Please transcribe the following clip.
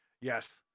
yes